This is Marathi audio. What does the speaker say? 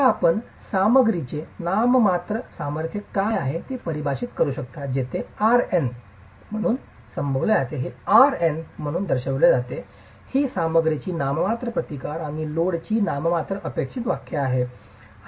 आता आपण सामग्रीचे नाममात्र सामर्थ्य काय आहे ते परिभाषित करू शकता जे Rn म्हणून दर्शविले जाते हे Rn म्हणून दर्शविले जाते ही सामग्रीची नाममात्र प्रतिकार आणि लोडची नाममात्र अपेक्षित व्याख्या आहे